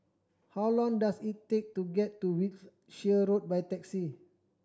how long does it take to get to Wiltshire Road by taxi